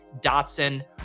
Dotson